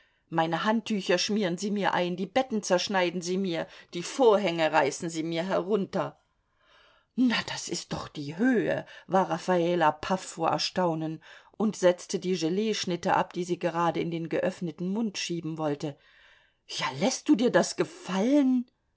meine handtücher schmieren sie mir ein die betten zerschneiden sie mir die vorhänge reißen sie mir herunter na das ist doch die höhe war raffala paff vor erstaunen und setzte die geleeschnitte ab die sie gerade in den geöffneten mund schieben wollte ja läßt du dir das gefallen